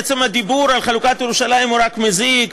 עצם הדיבור על חלוקת ירושלים הוא רק מזיק.